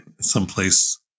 someplace